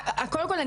קודם כל,